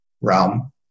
realm